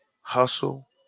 hustle